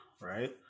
right